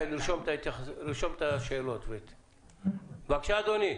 בבקשה, אדוני.